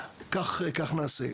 כך נעשה.